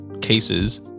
cases